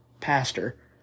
pastor